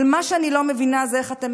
אבל מה שאני לא מבינה זה איך אתם